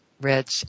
Rich